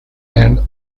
and